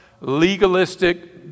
legalistic